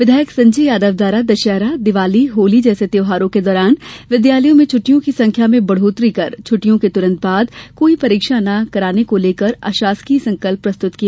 विधायक संजय यादव द्वारा दशहरा दीवाली होली जैसे त्योहारों के दौरान विद्यालयों में छट्टियों की संख्या में बढ़ोत्तरी कर छट्टियों के तुरंत बाद कोई परीक्षा ना करने को लेकर अशासकीय संकल्प प्रस्तुत किया